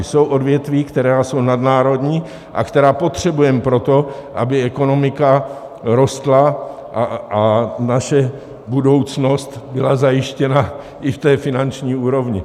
Jsou odvětví, která jsou nadnárodní a která potřebujeme pro to, aby ekonomika rostla a naše budoucnost byla zajištěna i v té finanční úrovni.